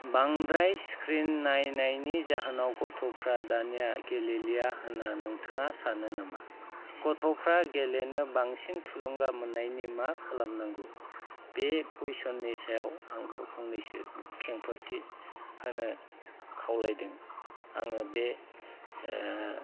बांद्राय स्क्रिन नायनायनि जाहोनाव गथ'फ्रा दानिया गेलेलिया होनना नोंथाङा सानो नामा गथ'फ्रा गेलेनो बांसिन थुलुंगा मोननायनि मा खालामनांगौ बे कुइसननि सायाव आंखौ फंनैसो खेंफोरथि होनो खावलायदों आङो बे